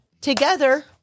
together